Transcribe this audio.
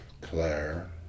Claire